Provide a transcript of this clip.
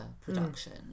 production